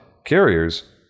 carriers